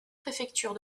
préfecture